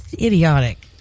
Idiotic